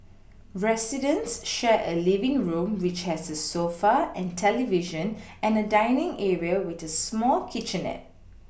residents share a living room which has a sofa and television and a dining area with a small kitchenette